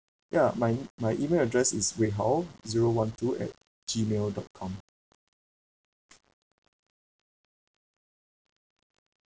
ya my my email address is wei hao zero one two at G mail dot com